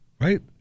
Right